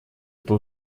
это